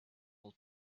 will